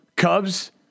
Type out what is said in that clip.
Cubs